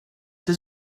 does